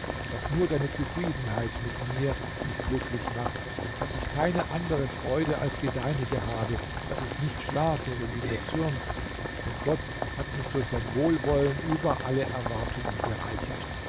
daß nur deine zufriedenheit mit mir mich glücklich macht daß ich keine andere freude als die deinige habe daß ich nicht schlafe wenn du mir zürnst denn gott hat mich durch dein wohlwollen über alle erwartungen bereichert